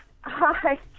Hi